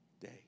day